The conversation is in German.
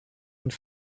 und